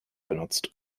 benutzt